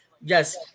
yes